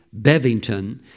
Bevington